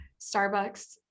Starbucks